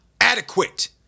adequate